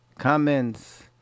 comments